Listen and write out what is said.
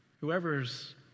whoever's